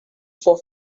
for